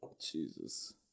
Jesus